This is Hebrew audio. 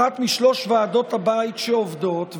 אחת משלוש ועדות הבית שעובדות,